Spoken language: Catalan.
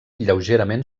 lleugerament